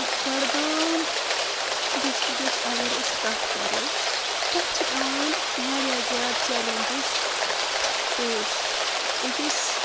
بڈگٲم ڈسٹرکٕچ اگر أسۍ کتھ کرو تتہِ چھِ یِوان واریاہ زیادٕ چیٚلینجِس پیش أکس